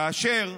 כאשר,